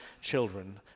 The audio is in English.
children